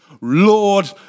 Lord